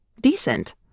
decent